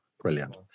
brilliant